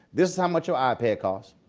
this is how much your ah ipad cost,